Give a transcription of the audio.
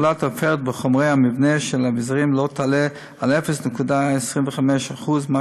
בחומרי המבנה של האביזרים לא תעלה על 0.25% מה